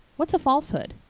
what's a falsehood?